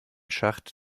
schacht